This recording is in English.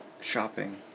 shopping